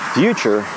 future